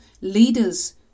leaders